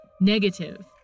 Negative